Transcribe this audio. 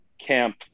Camp